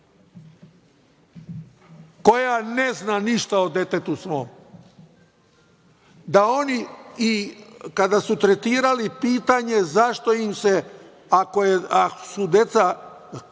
koja ne zna ništa o svom detetu, da oni kada su tretirali pitanje zašto im se, ako su deca